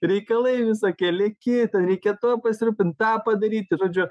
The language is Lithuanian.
reikalai visokie leki ten reikia tuo pasirūpinti tą padaryti žodžiu